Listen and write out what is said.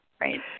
right